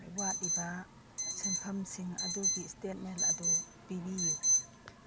ꯋꯥꯠꯂꯤꯕ ꯁꯦꯟꯐꯝꯁꯤꯡ ꯑꯗꯨꯒꯤ ꯏꯁꯇꯦꯠꯃꯦꯟ ꯑꯗꯨ ꯄꯤꯕꯤꯌꯨ